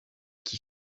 qui